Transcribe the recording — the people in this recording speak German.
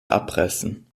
abreißen